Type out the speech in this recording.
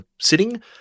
sitting